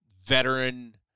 veteran